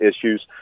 issues